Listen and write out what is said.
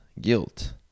Guilt